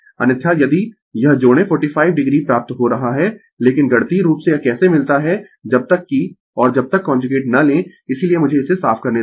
अन्यथा यदि यह जोड़ें 45 o प्राप्त हो रहा है लेकिन गणितीय रूप से यह कैसे मिलता है जब तक कि और जब तक कांजुगेट न लें इसीलिये मुझे इसे साफ करने दें